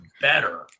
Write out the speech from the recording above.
better